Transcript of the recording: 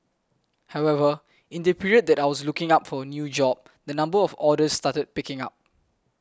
however in the period that I was looking for a new job the number of orders started picking up